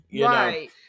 Right